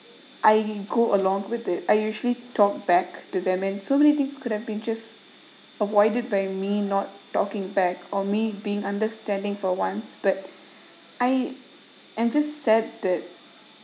I go along with it I usually talked back to them and so many things could have been just avoided by me not talking back or me being understanding for once but I am just sad that